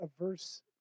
averse